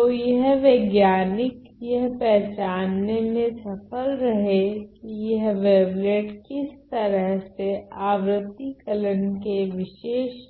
तो यह वैज्ञानिक यह पहचानने में सफल रहे की यह वेवलेट किस तरह से आवृति कलन के विशेष